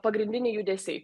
pagrindiniai judesiai